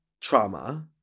trauma